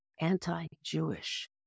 anti-Jewish